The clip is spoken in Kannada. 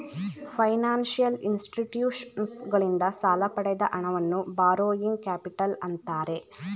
ಫೈನಾನ್ಸಿಯಲ್ ಇನ್ಸ್ಟಿಟ್ಯೂಷನ್ಸಗಳಿಂದ ಸಾಲ ಪಡೆದ ಹಣವನ್ನು ಬಾರೋಯಿಂಗ್ ಕ್ಯಾಪಿಟಲ್ ಅಂತ್ತಾರೆ